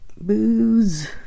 Booze